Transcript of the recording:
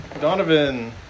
Donovan